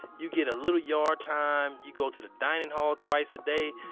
you get a little yard time, you go to the dining hall twice a day,